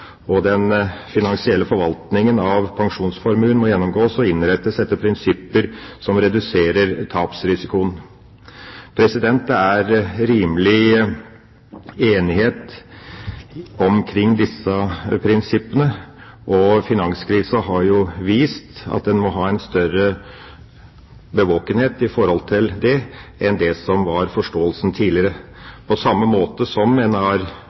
og den finansielle forvaltningen av pensjonsformuen må gjennomgås og innrettes etter prinsipper som reduserer tapsrisikoen. Det er rimelig enighet omkring disse prinsippene, og finanskrisa har vist at en må ha større årvåkenhet om dette enn det som har vært forståelsen tidligere, på samme måte som man generelt i finansmarkedet har